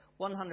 100%